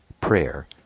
prayer